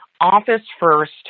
office-first